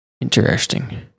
Interesting